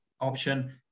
option